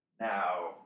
Now